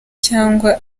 cyangwa